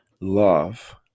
love